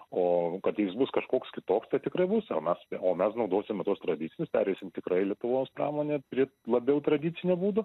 o kad jis bus kažkoks kitoks tai tikrai bus o mes naudosime tuos tradicinius pereisim tikrai lietuvos pramonė prie labiau tradicinio būdo